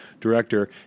director